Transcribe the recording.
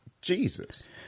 Jesus